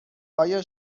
آیا